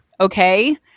okay